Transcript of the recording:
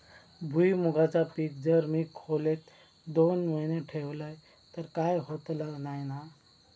भुईमूगाचा पीक जर मी खोलेत दोन महिने ठेवलंय तर काय होतला नाय ना?